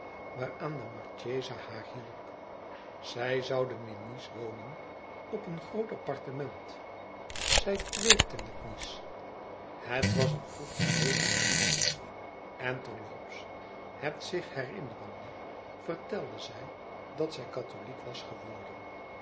waaraan de marchesa haar hielp zij zouden in nice wonen op een groot appartement zij dweepte met nice het was een goed idee van gilio en ter loops het zich herinnerende vertelde zij dat zij katholiek was geworden